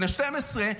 בני 12,